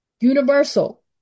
Universal